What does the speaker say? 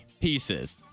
pieces